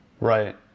Right